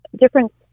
different